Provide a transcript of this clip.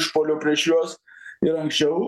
išpuolių prieš juos ir anksčiau